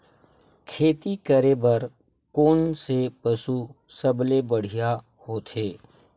खेती करे बर कोन से पशु सबले बढ़िया होथे?